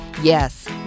Yes